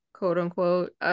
quote-unquote